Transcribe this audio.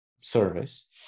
service